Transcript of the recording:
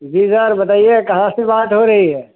जी sir बताइए कहाँ से बात हो रही है